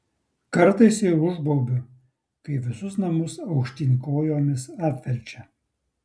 kartais ir užbaubiu kai visus namus aukštyn kojomis apverčia